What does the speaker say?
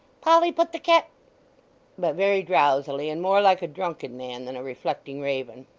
polly put the ket but very drowsily, and more like a drunken man than a reflecting raven.